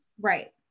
Right